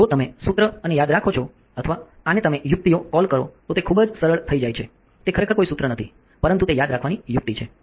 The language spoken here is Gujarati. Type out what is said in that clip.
જો તમે સૂત્ર અને યાદ રાખો છો અથવા આને તમે યુક્તિઓ કોલ કરો તો તે ખૂબ જ સરળ થઈ જાય છે તે ખરેખર કોઈ સૂત્ર નથી પરંતુ તે યાદ રાખવાની યુક્તિ છે